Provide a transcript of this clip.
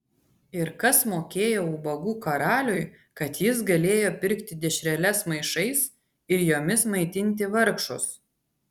ir kas mokėjo ubagų karaliui kad jis galėjo pirkti dešreles maišais ir jomis maitinti vargšus